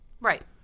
Right